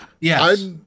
Yes